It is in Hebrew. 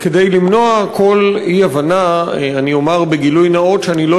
כדי למנוע כל אי-הבנה אני אומר בגילוי נאות שאני לא